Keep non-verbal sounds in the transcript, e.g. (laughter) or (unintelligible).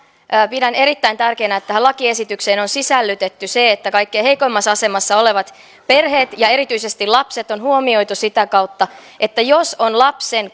pidän erittäin tärkeänä että tähän lakiesitykseen on sisällytetty se ja kaikkein heikoimmassa asemassa olevat perheet ja erityisesti lapset on huomioitu sitä kautta että jos on lapsen (unintelligible)